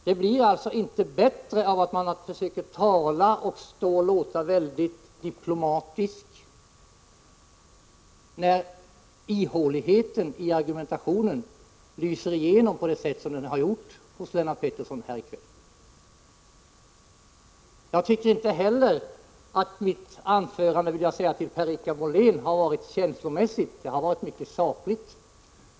Det blir alltså inte bättre av att man försöker låta väldigt diplomatisk när ihåligheten i argumentationen lyser igenom på det sätt som det gjorde i Lennart Pettersons argumentation här i kväll. Jag tycker inte heller att mitt anförande — det vill jag säga till Per-Richard Molén — har varit känslomässigt. Det har varit mycket sakligt.